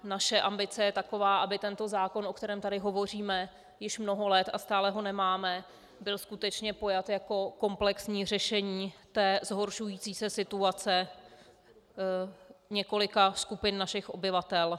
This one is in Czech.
Naše ambice je taková, aby tento zákon, o kterém tady hovoříme již mnoho let a stále ho nemáme, byl skutečně pojat jako komplexní řešení té zhoršující se situace několika skupin našich obyvatel.